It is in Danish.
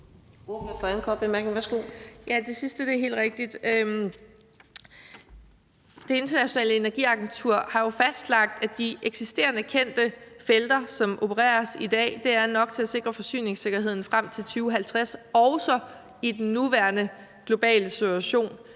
Det Internationale Energiagentur har jo fastlagt, at de eksisterende kendte felter, som der opereres i i dag, er nok til at sikre forsyningssikkerheden frem til 2050, også i den nuværende globale situation